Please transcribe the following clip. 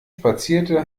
spazierte